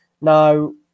Now